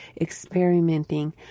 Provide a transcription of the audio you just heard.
experimenting